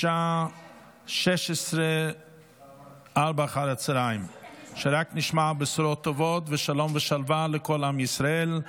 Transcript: בשעה 16:00. שרק נשמע בשורות טובות ושלום ושלווה לכל עם ישראל.